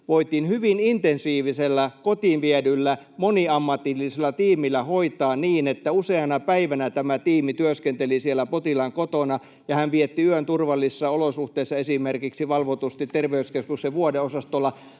voitiin hyvin intensiivisellä, kotiin viedyllä, moniammatillisella tiimillä hoitaa niin, että useana päivänä tämä tiimi työskenteli siellä potilaan kotona, ja hän vietti yön turvallisissa olosuhteissa, esimerkiksi valvotusti terveyskeskuksen vuodeosastolla.